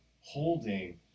holding